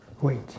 wait